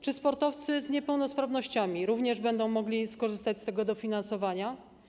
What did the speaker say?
Czy sportowcy z niepełnosprawnościami również będą mogli skorzystać z tego dofinasowania?